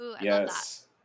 yes